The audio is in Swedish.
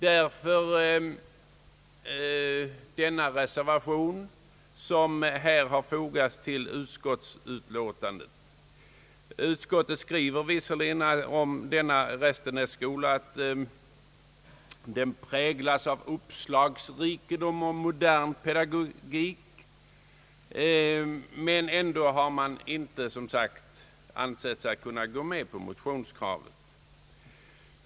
Det är anledningen till att vi har fogat en reservation till utskottets förslag. Utskottet skriver visserligen om Restenässkolan att den präglas av uppslagsrikedom och modern pedagogik, men utskottet har ändå inte ansett sig kunna gå med på motionskravet.